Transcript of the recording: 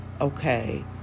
Okay